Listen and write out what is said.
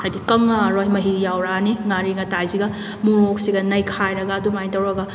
ꯍꯥꯏꯗꯤ ꯀꯪꯉꯛꯑꯔꯣꯏ ꯃꯍꯤ ꯌꯥꯎꯔꯛꯑꯅꯤ ꯉꯥꯔꯤ ꯉꯥꯇꯥꯏꯁꯤꯒ ꯃꯣꯔꯣꯛꯁꯤꯒ ꯅꯩꯈꯥꯏꯔꯒ ꯑꯗꯨꯝ ꯍꯥꯏꯅ ꯇꯧꯔꯒ